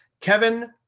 Kevin